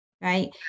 right